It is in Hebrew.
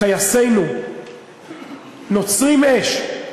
טייסינו נוצרים אש,